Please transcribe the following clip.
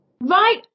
Right